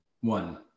One